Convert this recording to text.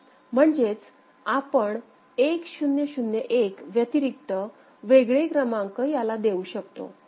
म्हणजेच आपण 1001 व्यतिरिक्त वेगळे क्रमांक याला देऊ शकतो